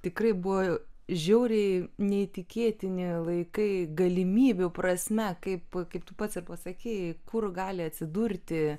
tikrai buvo žiauriai neįtikėtini laikai galimybių prasme kaip kaip tu pats ir pasakei kur gali atsidurti